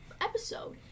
episode